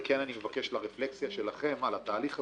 כן אני מבקש לרפלקציה שלכם על התהליך הזה,